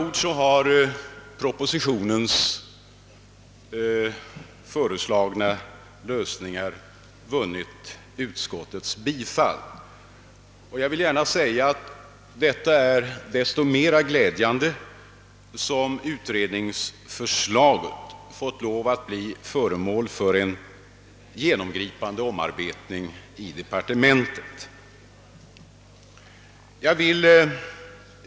De i propositionen föreslagna lösningarna har med andra ord vunnit utskottets bifall, och jag vill gärna säga att detta är så mycket mera glädjande' som utredningsförslaget måst bli föremål för en genomgripande omarbetning i departementet.